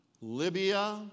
Libya